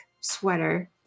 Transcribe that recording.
sweater